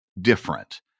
different